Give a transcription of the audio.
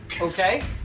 Okay